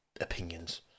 opinions